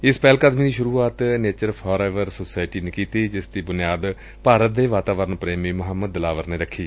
ਇਸ ਪਹਿਲ ਕਦਮੀ ਦੀ ਸੂਰੁਆਤ ਨੇਚਰ ਫਾਰ ਐਵਰ ਸੋਸਾਇਟੀ ਨੇ ਕੀਤੀ ਜਿਸ ਦੀ ਬੁਨਿਆਦ ਭਾਰਤ ਦੇ ਵਾਤਾਵਰਨ ਪ੍ਰੇਮੀ ਮੁਹੰਮਦ ਦਿਲਾਵਰ ਨੇ ਰੱਖੀ